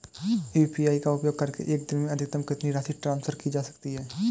UPI का उपयोग करके एक दिन में अधिकतम कितनी राशि ट्रांसफर की जा सकती है?